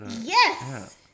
Yes